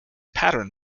pattern